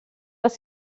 das